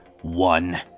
one